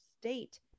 state